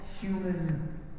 human